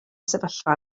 sefyllfa